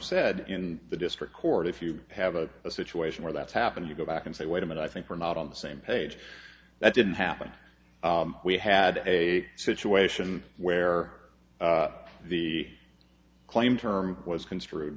said in the district court if you have a situation where that's happened you go back and say wait a minute i think we're not on the same page that didn't happen we had a situation where the claim term was construed